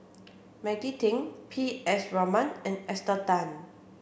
Maggie Teng P S Raman and Esther Tan